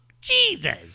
Jesus